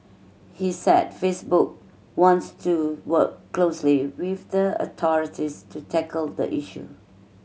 he said Facebook wants to work closely with the authorities to tackle the issue